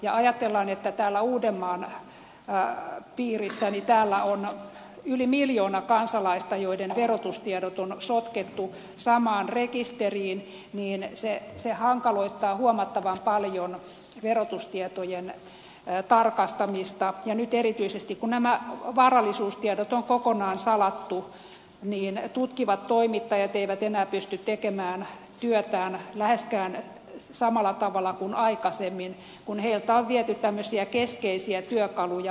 kun ajatellaan että täällä uudenmaan piirissä on yli miljoona kansalaista joiden verotustiedot on sotkettu samaan rekisteriin niin se hankaloittaa huomattavan paljon verotustietojen tarkastamista ja nyt erityisesti kun nämä varallisuustiedot on kokonaan salattu niin tutkivat toimittajat eivät enää pysty tekemään työtään läheskään samalla tavalla kuin aikaisemmin kun heiltä on viety tämmöisiä keskeisiä työkaluja pois